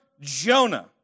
Jonah